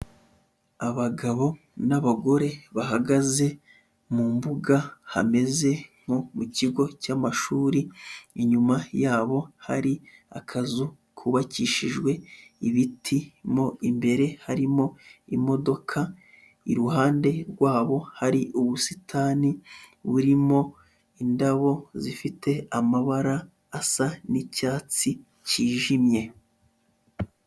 Abagabo n'abagore bahagaze mu mbuga hameze nko mu kigo cy'amashuri, inyuma yabo hari akazu kubakishijwe ibiti, mo imbere harimo imodoka, iruhande rwabo hari ubusitani burimo indabo zifite amabara asa n'icyatsi cyijimye.